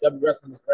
Wrestling